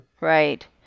Right